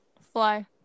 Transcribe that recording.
fly